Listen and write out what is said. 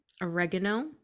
oregano